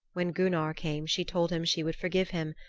when gunnar came she told him she would forgive him,